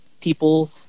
people